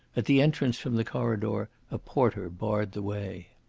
at the entrance from the corridor a porter barred the way.